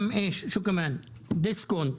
גם בנק דיסקונט,